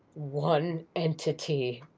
one entity.